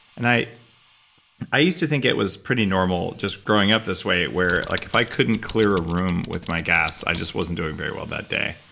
and i i used to think it was pretty normal just growing up this way where like, if i couldn't clear a room with my gas, i just wasn't doing very well that day.